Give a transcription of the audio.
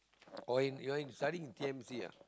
or in you're in studying in t_n_c ah